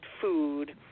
food